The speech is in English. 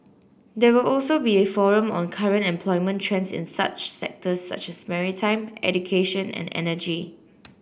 there will also be a forum on current employment trends in such sectors such as maritime education and energy